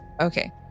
Okay